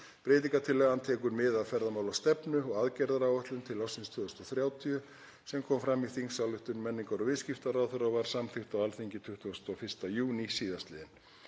Breytingartillagan tekur mið af ferðamálastefnu og aðgerðaáætlun til ársins 2030 sem kom fram í þingsályktun menningar- og viðskiptaráðherra og var samþykkt á Alþingi 21. júní síðastliðinn.